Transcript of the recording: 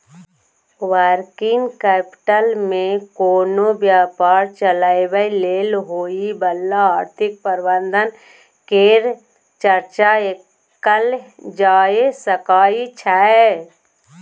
working capital मे कोनो व्यापार चलाबय लेल होइ बला आर्थिक प्रबंधन केर चर्चा कएल जाए सकइ छै